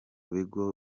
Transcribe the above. bigo